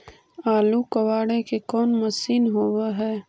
आलू कबाड़े के कोन मशिन होब है?